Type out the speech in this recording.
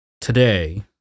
today